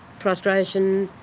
frustration,